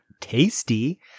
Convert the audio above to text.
tasty